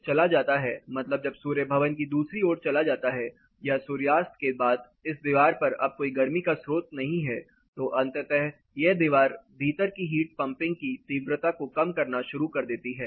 जब गर्मी का स्रोत चला जाता हैं मतलब जब सूर्य भवन की दूसरी ओर चला जाता है या सूर्यास्त के बाद इस दीवार पर अब कोई गर्मी का स्रोत नहीं है तो अंततः यह दीवार भीतर की हीट पम्पिंग की तीव्रता को कम करना शुरू कर देती है